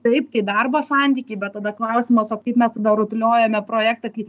taip tai darbo santykiai bet tada klausimas o kai mes tada rutuliojame projektą kai